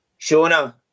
Shona